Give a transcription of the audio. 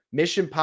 Mission